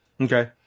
Okay